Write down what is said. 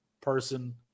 person